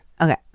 Okay